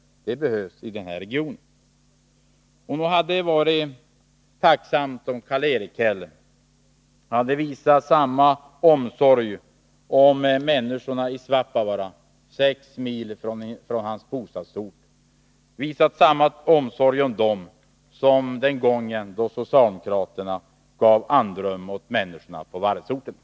Sådana behövs i den här regionen. Nog hade det varit tacknämligt om Karl-Erik Häll hade visat samma omsorg om människorna i Svappavaara, 6 mil från hans bostadsort, som den gången då socialdemokraterna gav andrum åt människorna på varvsorterna.